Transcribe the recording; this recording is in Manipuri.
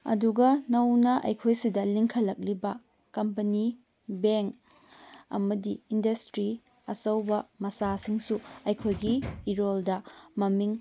ꯑꯗꯨꯒ ꯅꯧꯅ ꯑꯩꯈꯣꯏ ꯁꯤꯗ ꯂꯤꯡꯈꯠꯂꯛꯂꯤꯕ ꯀꯝꯄꯅꯤ ꯕꯦꯡ ꯑꯃꯗꯤ ꯏꯟꯗꯁꯇ꯭ꯔꯤ ꯑꯆꯧꯕ ꯃꯆꯥꯁꯤꯡꯁꯨ ꯑꯩꯈꯣꯏꯒꯤ ꯏꯔꯣꯜꯗ ꯃꯃꯤꯡ